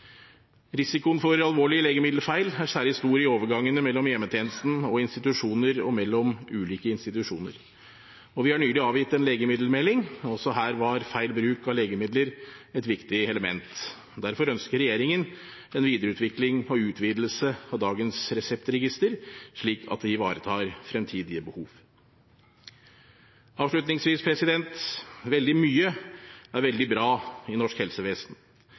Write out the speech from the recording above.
Risikoen for alvorlige legemiddelfeil er særlig stor i overgangene mellom hjemmetjenesten og institusjoner og mellom ulike institusjoner. Det er nylig avgitt en legemiddelmelding. Også her var feil bruk av legemidler et viktig element. Derfor ønsker regjeringen en videreutvikling og utvidelse av dagens reseptregister, slik at det ivaretar fremtidige behov. Avslutningsvis: Veldig mye er veldig bra i norsk helsevesen.